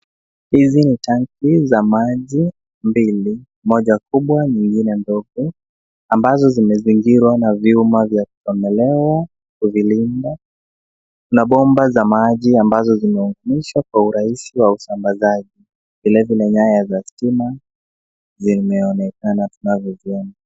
Hizi ni tangi za maji mbili moja kubwa nyingine ndogo ambazo zimezingirwa na vyuma vya kuchomelewa kuzilinda na bomba za maji ambazo zimeunganishwa kwa urahisi wa usambazaji. Vile vile nyaya za stima zimeonekana tunazoziona.